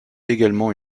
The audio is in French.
également